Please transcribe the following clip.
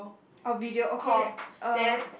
a video okay uh